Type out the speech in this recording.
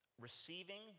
receiving